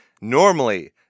Normally